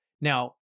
Now